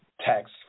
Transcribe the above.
tax